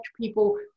people